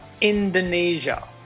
Indonesia